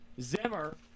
Zimmer